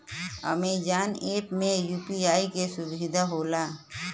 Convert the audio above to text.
Amazon app में UPI क सुविधा होला